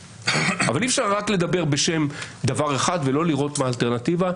אבל אי אפשר רק לדבר בשם דבר אחד ולא לראות מה האלטרנטיבה,